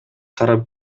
тарап